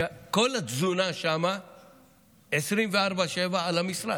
וכל התזונה שם 24/7 על המשרד,